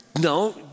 No